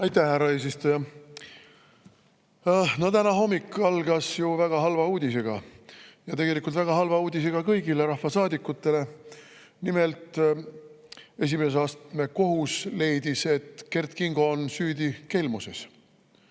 Aitäh, härra eesistuja! No tänane hommik algas ju väga halva uudisega ja tegelikult väga halva uudisega kõigile rahvasaadikutele. Nimelt, esimese astme kohus leidis, et Kert Kingo on süüdi kelmuses.